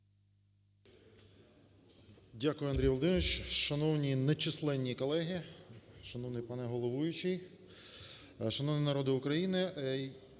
Дякую, Андрій Володимирович. Шановні нечисленні колеги, шановний пане головуючий, шановний народе України!